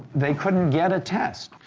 they couldn't get a test.